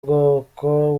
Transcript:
bwoko